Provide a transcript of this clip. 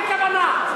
בלי כוונה.